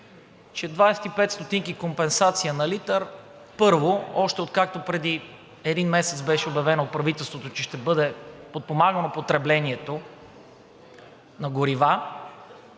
че 25 стотинки компенсация на литър, първо, още откакто преди един месец беше обявено от правителството, че ще бъде подпомагано потреблението на горива,